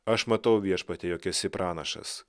aš matau viešpatie jog esi pranašas